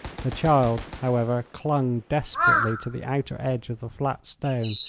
the child, however, clung desperately to the outer edge of the flat stone,